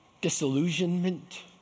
disillusionment